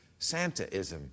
Santaism